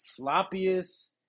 sloppiest